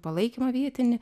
palaikymą vietinį